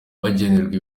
bagenerwa